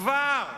כבר,